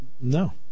No